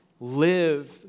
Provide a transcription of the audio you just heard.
live